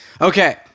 Okay